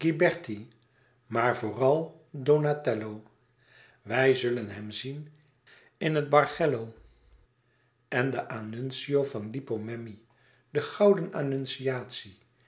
maar vooral donatello wij zullen hem zien in het bargello en de annonciatie van lippo memmi de gouden